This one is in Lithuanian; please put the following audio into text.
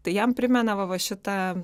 tai jam primena va va šitą